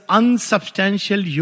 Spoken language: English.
unsubstantial